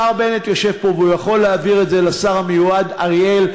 השר בנט יושב פה והוא יכול להעביר את זה לשר המיועד אריאל.